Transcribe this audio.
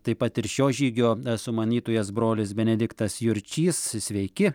taip pat ir šio žygio sumanytojas brolis benediktas jurčys sveiki